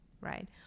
right